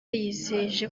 yizeje